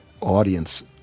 audience